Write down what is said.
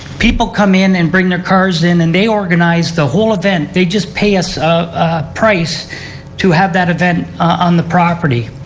people come in and bring their cars in and they organize the whole event. they just pay us ah a price to have that event on the property.